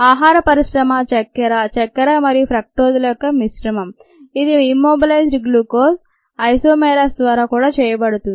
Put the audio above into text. ఆహార పరిశ్రమ చక్కెర చక్కెర మరియు ఫ్రక్టోజ్ ల యొక్క మిశ్రమం ఇది ఇమ్మొబిలైజ్డ్ గ్లూకోజ్ ఐసోమేరాస్ ద్వారా కూడా చేయబడుతుంది